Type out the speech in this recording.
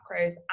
macros